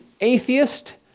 atheist